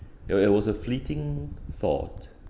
it w~ it was a fleeting thought